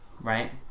right